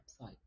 website